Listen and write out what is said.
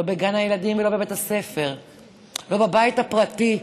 לא בגן הילדים ולא בבית הספר ולא בבית הפרטי.